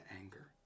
anger